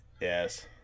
yes